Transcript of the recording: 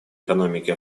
экономики